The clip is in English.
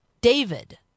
David